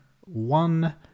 one